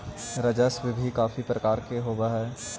राजस्व भी काफी प्रकार के होवअ हई